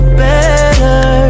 better